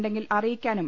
ണ്ടെ ങ്കിൽ അറിയിക്കാനും